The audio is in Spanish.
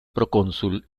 procónsul